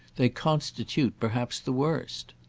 they constitute perhaps the worst.